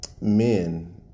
men